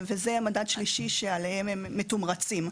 זה מדד שלישי שעליו הם מתומרצים.